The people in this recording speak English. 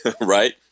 right